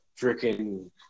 freaking